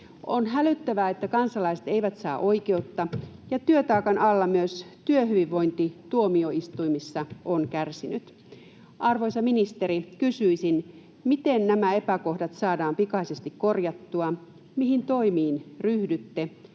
On hälyttävää, että kansalaiset eivät saa oikeutta, ja työtaakan alla myös työhyvinvointi tuomioistuimissa on kärsinyt. Arvoisa ministeri, kysyisin: miten nämä epäkohdat saadaan pikaisesti korjattua, mihin toimiin ryhdytte,